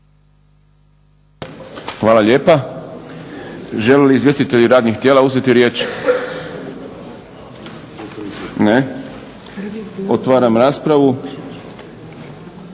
Hvala lijepa. Žele li izvjestitelji radnih tijela uzeti riječ? Ne. Otvaram raspravu.